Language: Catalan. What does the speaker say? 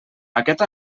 aquest